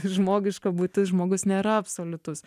žmogiška būtis žmogus nėra absoliutus